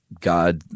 God